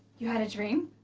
you had a dream?